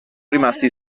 rimasti